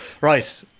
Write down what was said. right